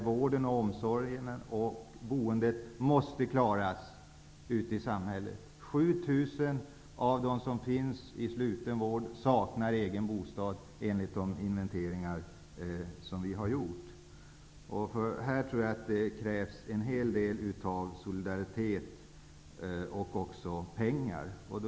Vården, omsorgen och boendet för dessa måste klaras ute i samhället. 7 000 av de psykiskt störda inom sluten vård saknar egen bostad enligt våra inventeringar. Här tror jag att det krävs en hel del solidaritet och också pengar.